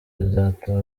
bizatuma